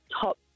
top